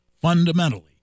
fundamentally